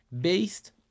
based